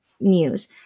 News